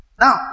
Now